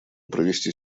провести